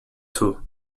two